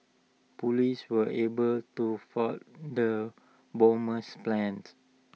Police were able to foil the bomber's plants